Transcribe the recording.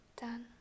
done